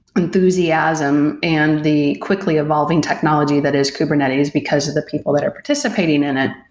enthusiasm and the quickly evolving technology that is kubernetes because of the people that are participating in it.